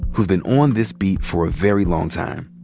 who's been on this beat for a very long time.